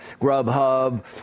Grubhub